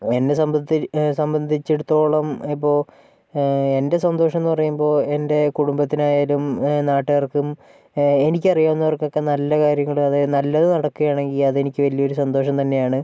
എന്നെ സംബന്ധി സംബന്ധിച്ചിടത്തോളം ഇപ്പോൾ എൻ്റെ സന്തോഷം എന്ന് പറയുമ്പോൾ എൻ്റെ കുടുംബത്തിലെ ആയാലും നാട്ടുകാർക്കും എനിക്ക് അറിയാവുന്നവർക്കൊക്കെ നല്ല കാര്യങ്ങളും അതായത് നല്ലത് നടക്കുകയാണെങ്കിൽ അതെനിക്ക് വലിയൊരു സന്തോഷം തന്നെയാണ്